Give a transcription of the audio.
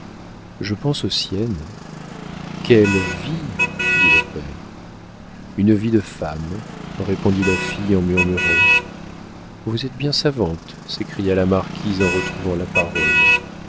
je pense aux siennes quelle vie dit le père une vie de femme répondit la fille en murmurant vous êtes bien savante s'écria la marquise en retrouvant la parole